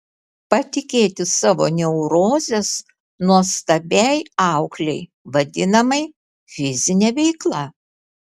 patikėti savo neurozes nuostabiai auklei vadinamai fizine veikla